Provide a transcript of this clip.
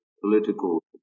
political